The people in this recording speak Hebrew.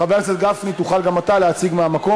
חבר הכנסת גפני, תוכל גם אתה להציג מהמקום.